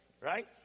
Right